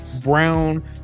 brown